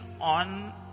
on